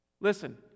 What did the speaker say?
listen